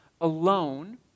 alone